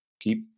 keep